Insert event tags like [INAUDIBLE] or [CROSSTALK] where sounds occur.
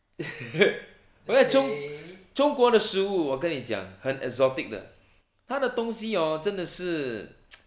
[LAUGHS] 中中国的食物我跟你讲很 exotic 的他的东西 hor 真的是 [NOISE]